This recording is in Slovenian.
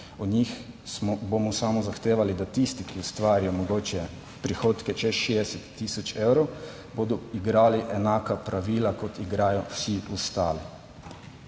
Od njih bomo samo zahtevali, da tisti, ki ustvarijo mogoče prihodke čez 60000 evrov, bodo igrali enaka pravila, kot igrajo vsi ostali.